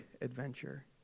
adventure